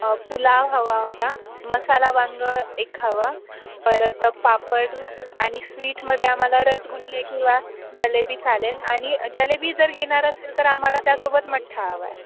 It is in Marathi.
पुलाव हवा होता मसाला वांगं एक हवा परत पापड आणि स्वीटमध्ये आम्हाला रसगुल्ले किंवा जिलेबी चालेल आणि जिलेबी जर घेणार असेल तर आम्हाला त्यासोबत मठ्ठा हवा आहे